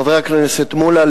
חבר הכנסת מולה,